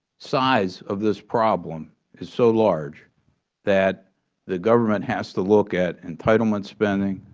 size of this problem is so large that the government has to look at entitlement spending,